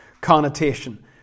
connotation